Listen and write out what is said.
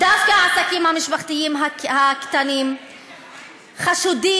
דווקא העסקים המשפחתיים הקטנים חשודים,